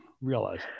realize